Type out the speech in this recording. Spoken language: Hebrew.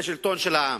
זה שלטון של העם.